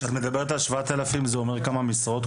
כשאת מדברת על 7,000 זה אומר כמה משרות?